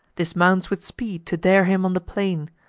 dismounts with speed to dare him on the plain,